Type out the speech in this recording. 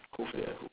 hopefully I do